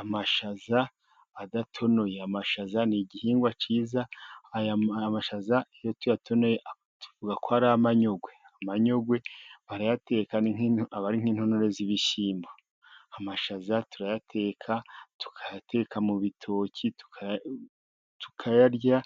Amashaza adatonoye. Amashaza ni igihingwa cyiza aya mashaza iyo tuyatonoye tuvuga ko ari amanyogwe. Amanyongwe barayateka ari nk'intonore z'ibishyimbo. Amashaza turayateka tukayateka mu bitoki tukayarya